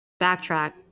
backtrack